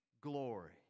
glory